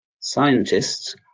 scientists